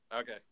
okay